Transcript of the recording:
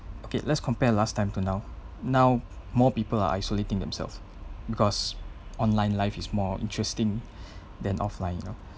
okay let's compare last time to now now more people are isolating themselves because online life is more interesting than offline you know